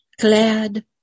glad